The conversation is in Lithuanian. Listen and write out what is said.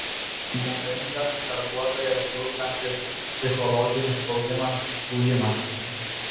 mobingas darbuotoją žlugdantis psichologinis spaudimas ujimas